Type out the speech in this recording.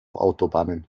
autobahnen